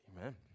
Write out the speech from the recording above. Amen